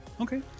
Okay